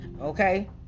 okay